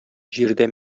җирдә